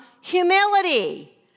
humility